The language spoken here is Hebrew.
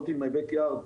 not in my back yard,